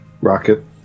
Rocket